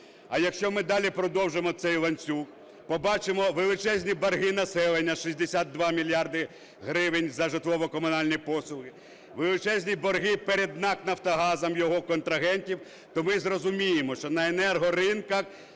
А якщо ми далі продовжимо цей ланцюг, побачимо величезні борги населення – 62 мільярди гривень за житлово-комунальні послуги, величезні борги перед НАК "Нафтогазом", його контрагентів, то ми зрозуміємо, що на енергоринках